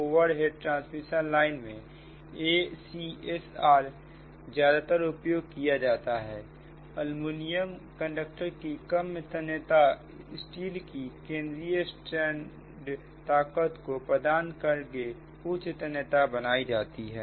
overhead transmission line में ACSR ज्यादातर उपयोग किया जाता है एल्यूमीनियम कंडक्टर की कम तन्यता स्टील की केंद्रीय स्ट्रैंड ताकत को प्रदान करके उच्च तन्यता बनाई जाती है